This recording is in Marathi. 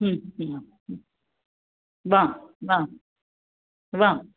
वा वा वा